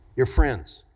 your friends.